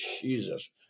Jesus